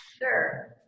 Sure